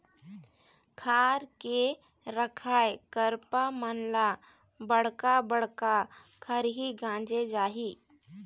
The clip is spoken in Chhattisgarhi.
खार के रखाए करपा मन ल बड़का बड़का खरही गांजे जाही